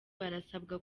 barasabwa